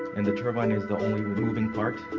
and the turbine is the only moving part,